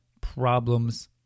problems